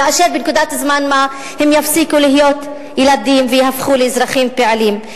כאשר באיזו נקודת זמן הם יפסיקו להיות ילדים ויהפכו לאזרחים פעילים.